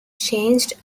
changed